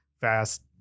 fast